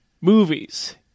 movies